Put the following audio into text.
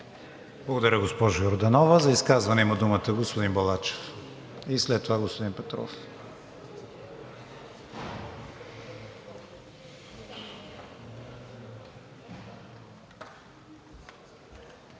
Благодаря, госпожо Йорданова. За изказване има думата господин Балачев и след това господин Петров.